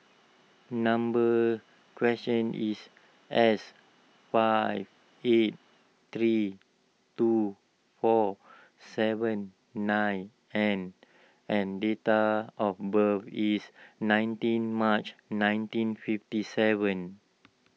number question is S five eight three two four seven nine N and date of birth is nineteen March nineteen fifty seven